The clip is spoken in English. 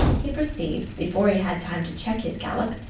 he perceived, before he had time to check his gallop,